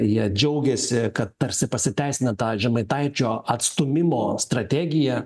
ir jie džiaugiasi kad tarsi pasiteisina ta žemaitaičio atstūmimo strategija